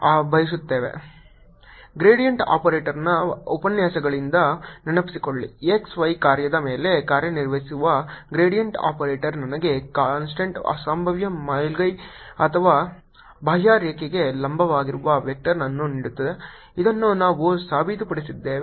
4x29y236 gradient ಆಪರೇಟರ್ನ ಉಪನ್ಯಾಸಗಳಿಂದ ನೆನಪಿಸಿಕೊಳ್ಳಿ x y ಕಾರ್ಯದ ಮೇಲೆ ಕಾರ್ಯನಿರ್ವಹಿಸುವ ಗ್ರೇಡಿಯಂಟ್ ಆಪರೇಟರ್ ನನಗೆ ಕಾನ್ಸ್ಟಂಟ್ ಸಂಭಾವ್ಯ ಮೇಲ್ಮೈ ಅಥವಾ ಬಾಹ್ಯರೇಖೆಗೆ ಲಂಬವಾಗಿರುವ ವೆಕ್ಟರ್ ಅನ್ನು ನೀಡುತ್ತದೆ ಇದನ್ನು ನಾವು ಸಾಬೀತುಪಡಿಸಿದ್ದೇವೆ